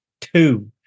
two